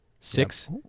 Six